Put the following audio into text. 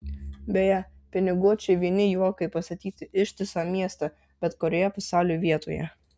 beje piniguočiui vieni juokai pastatyti ištisą miestą bet kurioje pasaulio vietoje